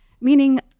meaning